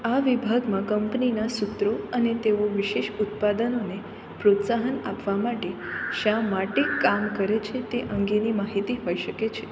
આ વિભાગમાં કંપનીનાં સૂત્રો અને તેઓ વિશેષ ઉત્પાદનોને પ્રોત્સાહન આપવા માટે શા માટે કામ કરે છે તે અંગેની માહિતી હોઈ શકે છે